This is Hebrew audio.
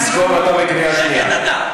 תזכור, אתה בקריאה שנייה.